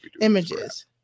images